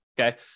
okay